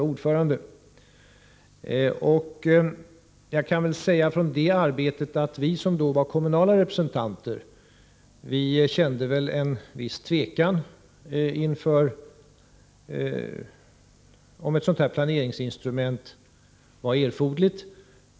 Med utgångspunkt i det arbetet kan jag säga att vi som var kommunala representanter kände en viss tvekan beträffande om ett sådant planeringsinstrument var erforderligt.